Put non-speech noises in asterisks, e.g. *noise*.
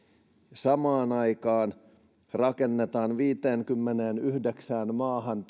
samaan aikaan rakennetaan viidenkymmenenyhdeksän maahan *unintelligible*